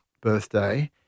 birthday